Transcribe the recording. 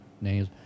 names